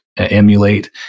emulate